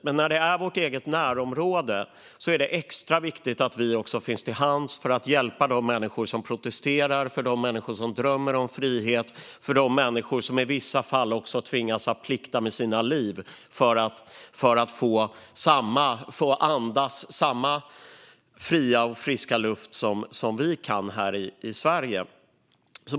Men när det är vårt eget närområde är det extra viktigt att vi också finns till hands för att hjälpa de människor som protesterar, för de människor som drömmer om frihet och för de människor som i vissa fall också tvingas plikta med sina liv för att få andas samma fria och friska luft som vi kan här i Sverige.